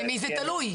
במי זה תלוי?